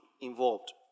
involved